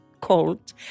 cold